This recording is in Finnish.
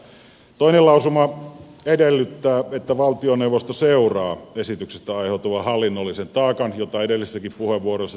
toinen lausuma edellyttää että valtioneuvosto seuraa esityksestä aiheutuvaa hallinnollista taakkaa jota edellisessäkin puheenvuorossa tässä on tullut esille